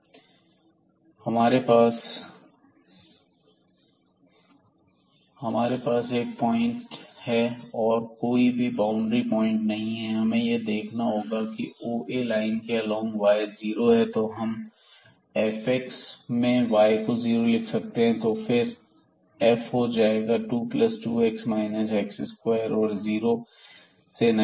So we have one point and none the boundary points we have to look So along this OA line here so y is 0 So we can set in our fx as y 0 So f will be 22x x2 and x varies from this 0 to 9 So this is a 1 variable problem and we can look again for the critical point were just by differentiating this function with respect to x so which comes to be at x is equal to 1 there might be a point of local maximum or minimum हमारे पास 1 point है और कोई भी boundary point नहीं है हमें यह देखना होगा इस OA लाइन के अलौंग y 0 है तो हम fx में y को 0 लिख सकते हैं तो फिर f हो जाएगा 22x x2 और x जीरो से 9 वेरी करेंगें